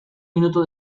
minuto